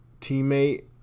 teammate